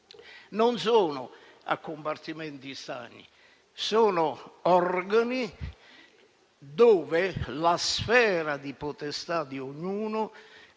non sono a compartimenti stagni. Sono organi in cui la sfera di potestà di ognuno